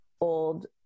old